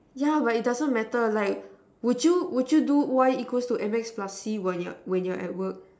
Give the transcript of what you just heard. yeah but it doesn't matter like would you would you do Y equals M X plus C when you're when you're at work